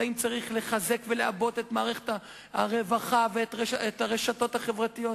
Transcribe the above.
האם צריך לחזק ולעבות את מערכת הרווחה ואת הרשתות החברתיות?